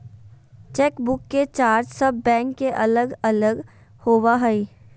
chequebook के charge सब bank के अलग अलग होबा हइ